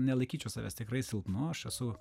nelaikyčiau savęs tikrai silpnu aš esu